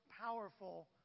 powerful